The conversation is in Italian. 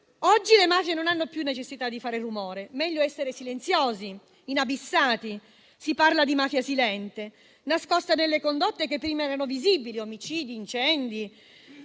Oggi le mafie non hanno più necessità di fare rumore: meglio essere silenziosi, inabissati. Si parla di mafia silente, nascosta nelle condotte che prima erano visibili (omicidi, incendi),